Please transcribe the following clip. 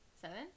seven